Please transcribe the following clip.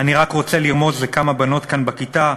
"אני רק רוצה לרמוז לכמה בנות כאן בכיתה,